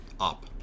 up